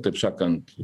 taip sakant